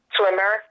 swimmer